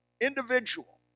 individual